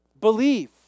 believe